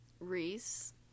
Reese